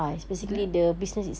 what